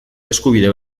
eskubide